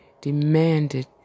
demanded